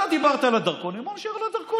אתה דיברת על הדרכונים, בוא נישאר על הדרכונים.